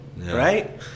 right